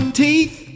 teeth